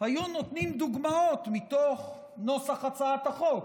היו נותנים דוגמאות מתוך נוסח הצעת החוק,